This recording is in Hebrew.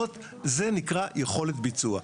זה נקרא יכולת ביצוע.